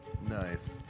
Nice